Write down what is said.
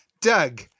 Doug